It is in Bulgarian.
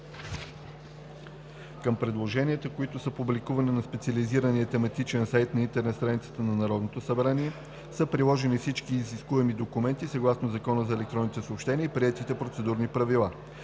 Към предложенията, които са публикувани на специализирания тематичен сайт на интернет страницата на Народното събрание, са приложени всички изискуеми документи съгласно Закона за електронните съобщения и приетите процедурни правила.